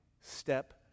step